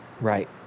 Right